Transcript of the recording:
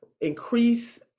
increase